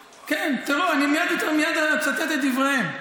כן, טרור, אני מייד אצטט את דבריהם.